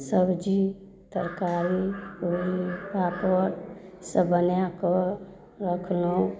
सब्जी तरकारी पापड़ सब बनाकऽ रखलहुँ